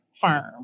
firm